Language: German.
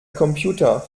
computer